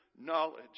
knowledge